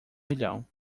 milhão